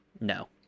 no